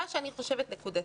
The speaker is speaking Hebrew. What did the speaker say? מה שאני חושבת נקודתית,